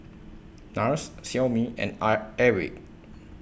Nars Xiaomi and Airwick